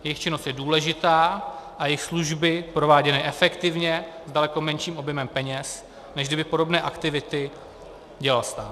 Jejich činnost je důležitá a jejich služby prováděné efektivně, s daleko menším objemem peněz, než kdyby podobné aktivity dělal stát.